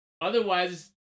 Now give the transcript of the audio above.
Otherwise